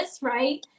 right